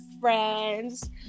friends